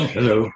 Hello